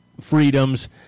freedoms